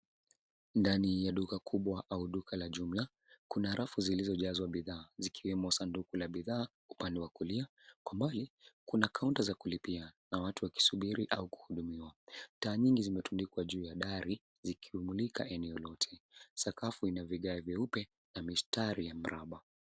Ndani ya duka kubwa au duka la jumla kuna rafu zilizojazwa bidhaa zikiwemo sadaku la bidhaa upande wa kulia. Kwa mbali kuna kaunta za kulipia na watu wakisubiri au kuhudumiwa. Taa nyingi zimetudikwa juu ya dari zikimulika eneo lote. Sakafu inavigae vyeupe na mistari ya miraba.